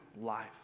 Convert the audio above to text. life